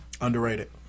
Underrated